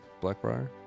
Blackbriar